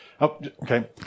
Okay